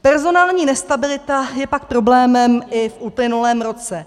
Personální nestabilita je pak problémem i v uplynulém roce.